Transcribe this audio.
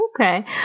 Okay